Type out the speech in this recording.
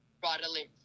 broadly